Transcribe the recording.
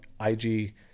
IG